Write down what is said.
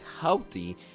healthy